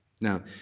Now